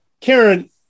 Karen